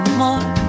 more